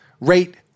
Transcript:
rate